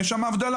יש שם הבדלה,